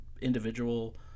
individual